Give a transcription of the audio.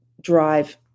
drive